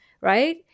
right